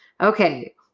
Okay